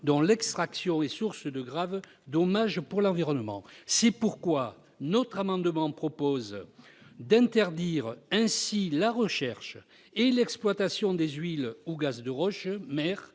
dont l'extraction est source de graves dommages pour l'environnement. C'est pourquoi cet amendement vise à interdire « la recherche et l'exploitation des huiles ou gaz de roche-mère,